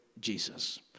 Jesus